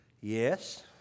Yes